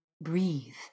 breathe